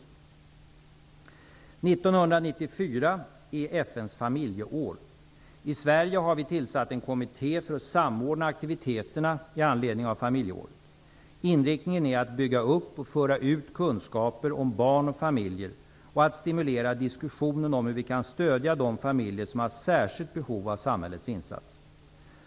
1994 är FN:s familjeår. I Sverige har vi tillsatt en kommitté för att samordna aktiviteterna i anledning av familjeåret. Inriktningen är att bygga upp och föra ut kunskaper om barn och familjer och att stimulera diskussionen om hur vi kan stödja de familjer som har särskilt stort behov av samhällets insatser.